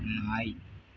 நாய்